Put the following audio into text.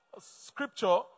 scripture